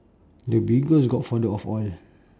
the biggest godfather of all